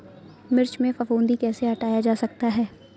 मिर्च में फफूंदी कैसे हटाया जा सकता है?